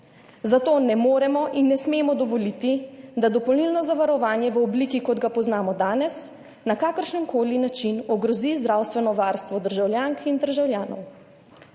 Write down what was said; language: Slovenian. Zato ne moremo in ne smemo dovoliti, da dopolnilno zavarovanje v obliki, kot ga poznamo danes, na kakršenkoli način ogrozi zdravstveno varstvo državljank in državljanov.